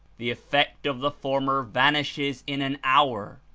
the effect of the former vanishes in an hour,